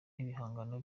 n’ibihangano